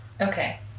Okay